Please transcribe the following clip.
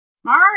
Smart